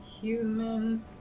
Human